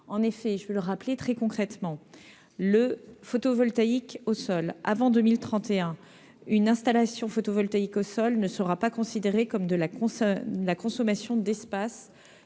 En effet, je veux le rappeler très concrètement, avant 2031, une installation photovoltaïque au sol ne sera pas considérée comme une consommation d'espace